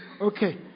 okay